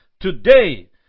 today